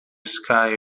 sky